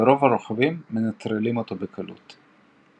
ורוב הרוכבים מנטרלים אותו בקלות.